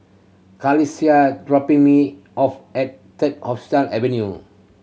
dropping me off at Third Avenue